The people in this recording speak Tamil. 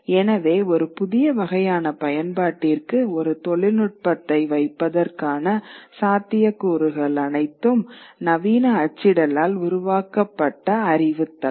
எனவே ஒரு புதிய வகையான பயன்பாட்டிற்கு ஒரு தொழில்நுட்பத்தை வைப்பதற்கான சாத்தியக்கூறுகள் அனைத்தும் நவீன அச்சிடலால் உருவாக்கப்பட்ட அறிவுத் தளம்